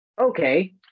Okay